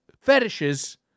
fetishes